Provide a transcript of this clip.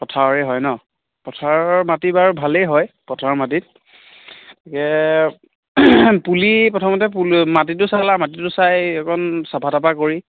পথাৰৰেই হয় ন পথাৰৰ মাটি বাৰু ভালেই হয় পথাৰৰ মাটিত তাকে পুলি প্ৰথমতে পুল মাটিতো চাই লোৱা মাটিতো চাই অকণ চাফা তাফা কৰি